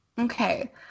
Okay